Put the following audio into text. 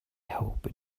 hope